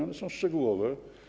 One są szczegółowe.